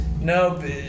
No